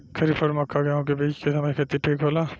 खरीफ और मक्का और गेंहू के बीच के समय खेती ठीक होला?